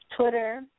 Twitter